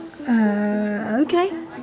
okay